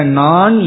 non